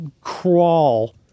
crawl